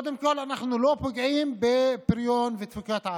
קודם כול, אנחנו לא פוגעים בפריון ובתפוקת העבודה,